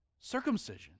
Circumcision